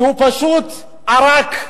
כי הוא פשוט ערק.